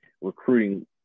recruiting